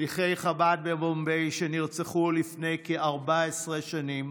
שליחי חב"ד במומבאי שנרצחו לפני כ-14 שנים